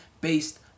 based